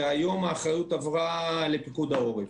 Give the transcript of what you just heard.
והיום האחריות עברה לפיקוד העורף.